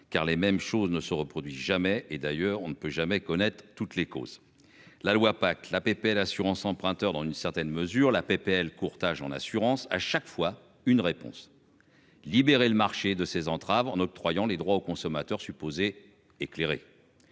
car les mêmes choses ne se reproduise jamais. Et d'ailleurs on ne peut jamais connaître toutes les causes. La loi pacte la assurance emprunteur dans une certaine mesure la PPL courtage en assurance. À chaque fois une réponse. Libérer le marché de ces entraves en octroyant les droits aux consommateurs supposée éclairer.